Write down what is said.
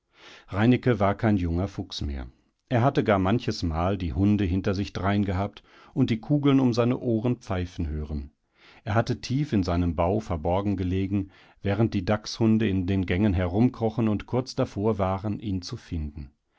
war kein junger fuchs mehr er hatte gar manches mal die hunde hinter sich drein gehabt und die kugeln um seine ohren pfeifen hören er hatte tief in seinem bau verborgen gelegen während die dachshunde in den gängen herumkrochen und kurz davor waren ihn zu finden